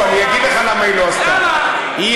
למה לא עשיתם את זה אתם כשאתם הייתם בממשלה?